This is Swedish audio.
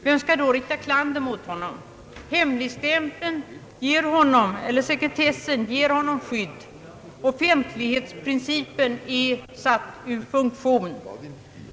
Vem skall då rikta kritik mot honom? Sekretessen ger honom skydd, offentlighetsprincipen är satt ur funktion.